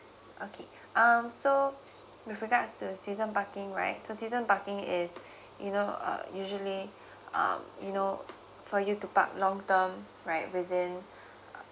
okay um so with regards to season parking right so season parking is you know uh usually um you know for you to park long term right within